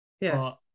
Yes